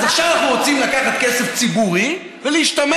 עכשיו אנחנו רוצים לקחת כסף ציבורי ולהשתמש